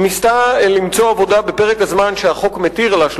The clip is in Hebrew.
היא ניסתה למצוא עבודה בפרק הזמן שהחוק מתיר לה,